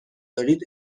دارید